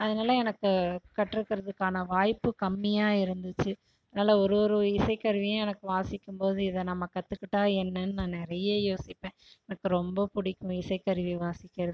அதனால் எனக்கு கற்றுக்கிறதுக்கான வாய்ப்பு கம்மியாக இருந்துச்சு அதனால் ஒரு ஒரு இசைக்கருவியும் எனக்கு வாசிக்கும் போது இதை நம்ம கற்றுக்கிட்டா என்னென்னு நான் நிறைய யோசிப்பேன் எனக்கு ரொம்ப பிடிக்கும் இசைக்கருவியை வாசிக்கிறது